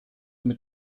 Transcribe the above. mit